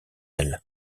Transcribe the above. elles